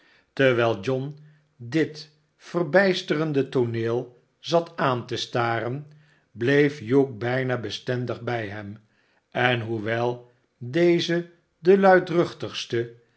terwijl john dit verbijsterende tooneel zat aan te staren bleef hugh bijna bestendig bij hem en hoewel deze de luidruchtigste